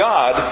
God